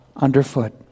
underfoot